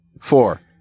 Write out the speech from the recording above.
Four